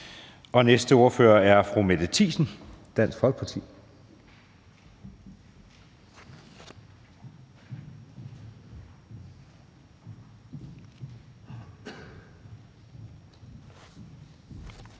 Næste ordfører er fru Mette Thiesen, Dansk Folkeparti.